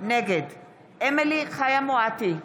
נגד אמילי חיה מואטי,